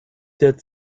der